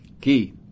Key